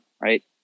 right